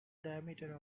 diameter